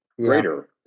greater